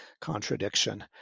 contradiction